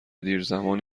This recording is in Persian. دیرزمانی